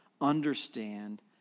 understand